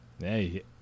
hey